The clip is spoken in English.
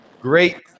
great